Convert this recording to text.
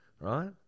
Right